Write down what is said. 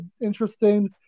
interesting